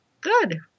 Good